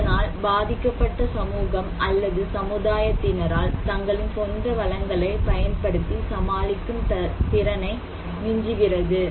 இதனால் பாதிக்கப்பட்ட சமூகம் அல்லது சமுதாயத்தினரால் தங்களின் சொந்த வளங்களை பயன்படுத்தி சமாளிக்கும் திறனை மிஞ்சுகிறது